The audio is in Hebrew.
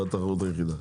זאת התחרות היחידה.